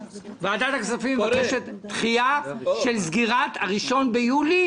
ועדת הכספים מבקשת דחייה של סגירת ה-1 ביולי,